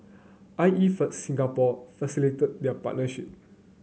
I E for Singapore facilitated their partnership